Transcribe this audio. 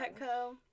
Petco